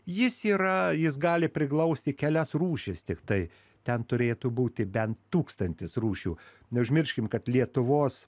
jis yra jis gali priglausti kelias rūšis tiktai ten turėtų būti bent tūkstantis rūšių neužmirškim kad lietuvos